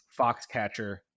Foxcatcher